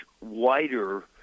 wider